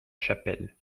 chapelle